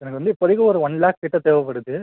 எனக்கு வந்து இப்போதிக்கு ஒரு ஒன் லேக்கிட்ட தேவைப்படுது